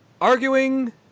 arguing